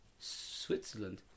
Switzerland